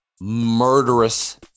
murderous